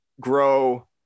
grow